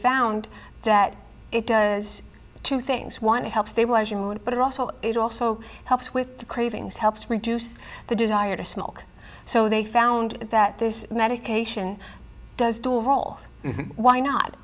found that it does two things one to help stabilize your mood but also it also helps with the cravings helps reduce the desire to smoke so they found and that this medication does do all why not